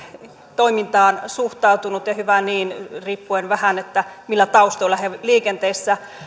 toimintaan suhtautunut ja hyvä niin riippuen vähän millä taustoilla he liikenteessä